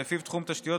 שלפיו תחום תשתיות